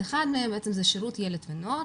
אחת מהן זה שירות ילד ונוער,